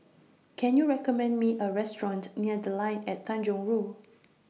Can YOU recommend Me A Restaurant near The Line At Tanjong Rhu